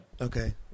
Okay